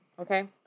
Okay